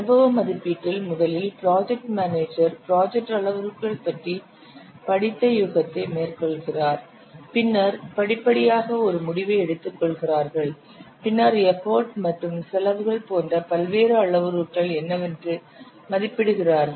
அனுபவ மதிப்பீட்டில் முதலில் ப்ராஜெக்ட் மேனேஜர் ப்ராஜெக்ட் அளவுருக்கள் பற்றி படித்த யூகத்தை மேற்கொள்கிறார் பின்னர் படிப்படியாக ஒரு முடிவை எடுத்துக்கொள்கிறார்கள் பின்னர் எஃபர்ட் மற்றும் செலவுகள் போன்ற பல்வேறு அளவுருக்கள் என்னவென்று மதிப்பிடுகிறார்கள்